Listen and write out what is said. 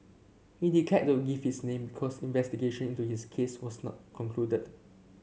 he declined to give his name because investigation into his case was not concluded